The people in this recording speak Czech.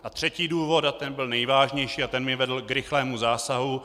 A třetí důvod byl nejvážnější a ten mě vedl k rychlému zásahu.